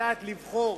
לדעת לבחור